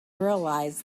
realize